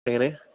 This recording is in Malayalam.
എങ്ങനെ